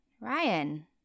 Ryan